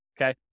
okay